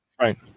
right